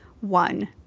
one